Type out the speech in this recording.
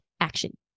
action